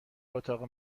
اتاق